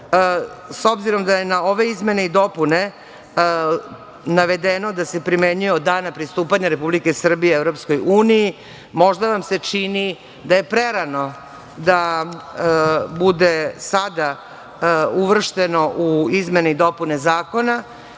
obzirom da je za ove izmene i dopune navedeno da se primenjuju od dana pristupanja Republike Srbije EU, možda nam se čini da je prerano da bude sada uvršeno u izmene i dopune zakona.